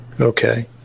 Okay